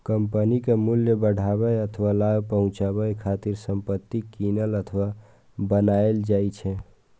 कंपनीक मूल्य बढ़ाबै अथवा लाभ पहुंचाबै खातिर संपत्ति कीनल अथवा बनाएल जाइ छै